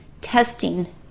testing